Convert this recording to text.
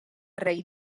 rei